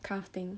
kind of thing